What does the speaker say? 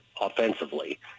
offensively